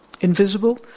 invisible